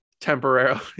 temporarily